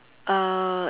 uh